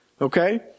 okay